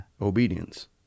obedience